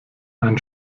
einen